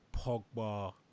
Pogba